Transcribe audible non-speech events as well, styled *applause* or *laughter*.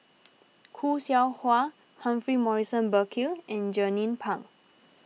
*noise* Khoo Seow Hwa Humphrey Morrison Burkill and Jernnine Pang